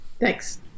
Thanks